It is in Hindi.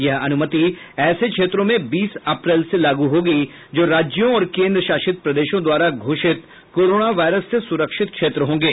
यह अनुमति ऐसे क्षेत्रों में बीस अप्रैल से लागू होगी जो राज्यों और केंद्र शासित प्रदेशों द्वारा घोषित कोरोना वायरस से सुरक्षित क्षेत्र होंगे